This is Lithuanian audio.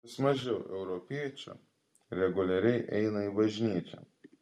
vis mažiau europiečių reguliariai eina į bažnyčią